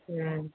ம்